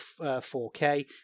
4K